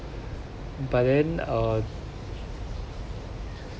but then uh